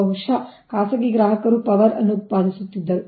ಬಹುಶಃ ಖಾಸಗಿ ಗ್ರಾಹಕರು ಪವರ್ ಅನ್ನು ಉತ್ಪಾದಿಸುತ್ತಿದ್ದರು